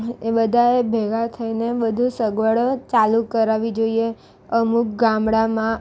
એ બધાય ભેગા થઈને બધું સગવડો ચાલુ કરાવવી જોઈએ અમુક ગામડામાં